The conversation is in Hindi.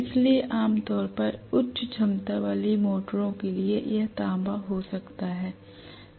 इसलिए आमतौर पर उच्च क्षमता वाली मोटरों के लिए यह तांबा हो सकता है